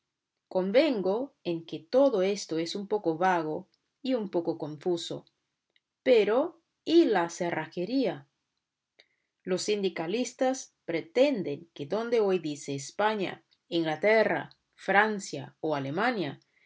convengo en que todo esto es un poco vago y un poco confuso pero y la cerrajería los sindicalistas pretenden que donde hoy dice españa inglaterra francia o alemania